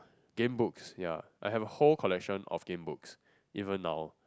Gamebooks ya I have a whole collection of Gamebooks even now